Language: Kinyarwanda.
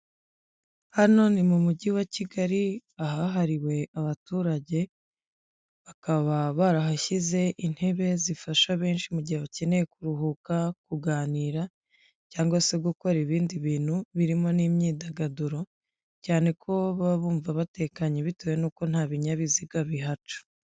Hano ni mu mujyi wa Kigali ahahariwe abaturage, bakaba barahashyize intebe zifasha benshi mu gihe bakeneye kuruhuka kuganira cyangwa se gukora ibindi bintu birimo n'imyidagaduro, cyane ko baba bumva batekanye bitewe n'uko nta binyabiziga bihaca.